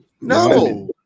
no